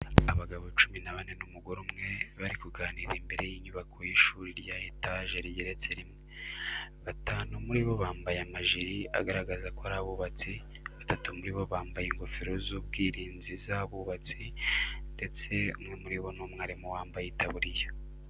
Abagabo cumi na bane n'umugore umwe bari kuganirira imbere y'inyubako y'ishuri rya etaje rigeretse rimwe, batanu muri bo bambaye amajiri agaragaza ko ari abubatsi, batatu muri bo bambaye ingofero z'ubwirinzi z'abubatsi ndetse umwe muri bo ni umwarimu wambaye itaburiya.